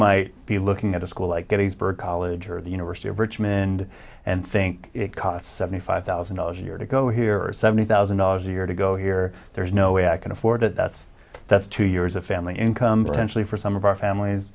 might be looking at a school like that is bird college or the university of richmond and think it costs seventy five thousand dollars a year to go here or seventy thousand dollars a year to go here there's no way i can afford it that's that's two years of family income potentially for some of our families